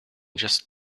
just